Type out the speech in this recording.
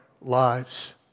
lives